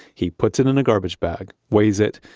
he puts it in a garbage bag, weighs it,